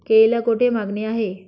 केळीला कोठे मागणी आहे?